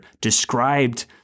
described